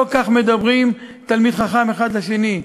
לא כך מדבר תלמיד חכם אל השני.